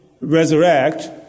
resurrect